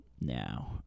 Now